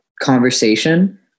conversation